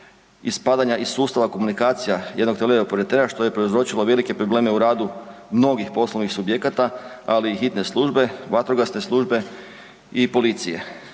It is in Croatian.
ispadanja iz sustava komunikacija jednog teleoperatera što je prouzročilo velike probleme u radu mnogih poslovnih subjekata, ali i hitne službe, vatrogasne službe i policije.